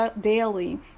daily